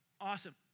Awesome